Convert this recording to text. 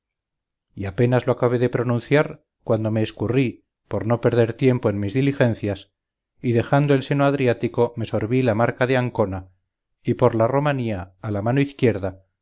y apenas lo acabé de pronunciar cuando me escurrí por no perder tiempo en mis diligencias y dejando el seno adriático me sorbí la marca de ancona y por la romanía a la mano izquierda